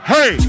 Hey